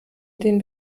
den